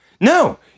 No